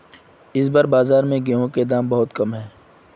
इस बार बाजार में गेंहू के दाम बहुत कम है?